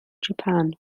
japan